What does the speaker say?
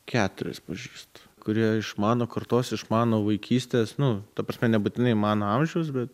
keturis pažįstu kurie iš mano kartos iš mano vaikystės nu ta prasme nebūtinai mano amžiaus bet